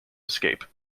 escape